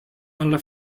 alla